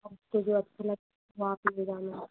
आपको जो अच्छा लगे वो आप ले जाना